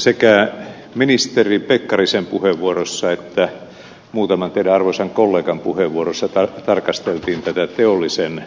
sekä ministeri pekkarisen puheenvuorossa että muutaman teidän arvoisan kollegan puheenvuorossa tarkasteltiin tätä teollisen